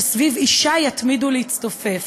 שסביב אשהּ יתמידו להסתופף,